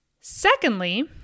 Secondly